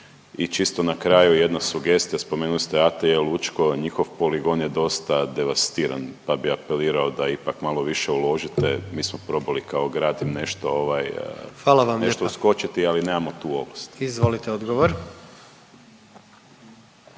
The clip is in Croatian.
I čisto na kraju jedna sugestija, spomenuli ste AT Lučko, njihov poligon je dosta devastiran pa bi apelirao da ipak malo više uložite, mi smo probali kao grad im nešto ovaj …/Upadica predsjednik: Hvala